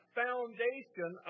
foundation